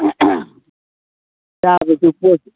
ꯆꯥꯕꯒꯤ ꯄꯣꯠ